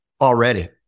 already